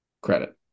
credit